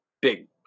big